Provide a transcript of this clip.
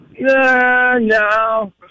No